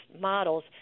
models